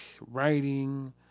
writing